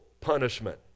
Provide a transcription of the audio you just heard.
punishment